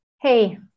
Hey